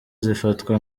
zifatwa